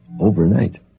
Overnight